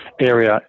area